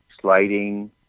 sliding